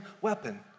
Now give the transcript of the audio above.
weapon